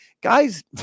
guys